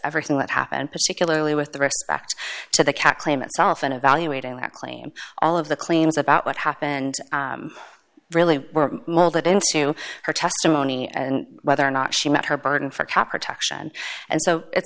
everything that happened particularly with respect to the cat claim itself and evaluating that claim all of the claims about what happened really were molded into her testimony and whether or not she met her burden for proper to action and so